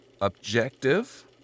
objective